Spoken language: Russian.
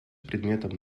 предметом